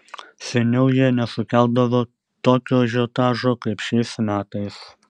seniau jie nesukeldavo tokio ažiotažo kaip šiais metais